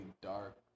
dark